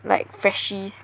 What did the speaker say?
like freshies